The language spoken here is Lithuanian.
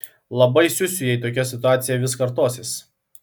labai siusiu jei tokia situacija vis kartosis